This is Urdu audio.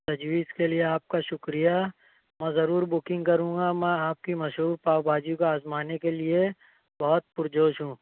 تجویز کے لیے آپ کا شُکریہ میں ضرور بکنگ کروں گا میں آپ کی مشہور پاؤ بھاجی کو آزمانے کے لیے بہت پُرجوش ہوں